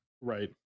Right